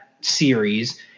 series